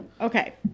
Okay